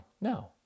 No